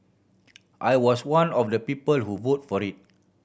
I was one of the people who vote for it